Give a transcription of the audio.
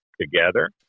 together